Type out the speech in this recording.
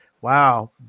wow